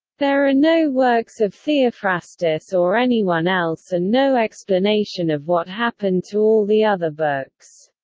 there are no works of theophrastus or anyone else and no explanation of what happened to all the other books.